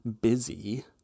busy